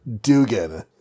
Dugan